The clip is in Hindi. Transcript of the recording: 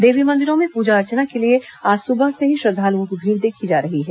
देवी मंदिरों में पूजा अर्चना के लिए आज सुबह से ही श्रद्दालुओं की भीड़ देखी जा रही है